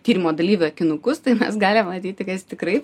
tyrimo dalyviui akinukus tai mes galim matyti kad jis tikrai